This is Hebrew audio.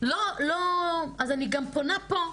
אז אני גם פונה פה.